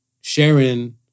Sharon